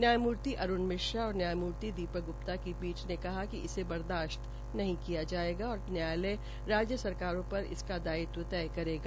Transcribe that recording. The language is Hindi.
न्यायमूर्ति अरूण मिश्र और न्यायमूर्ति दीपक ग्प्ता की पीठ ने कहा कि इसे बर्दाशत नहीं किया जायेगा और न्यायलय राज्य सरकारों पर इसका दायित्व तय करेगा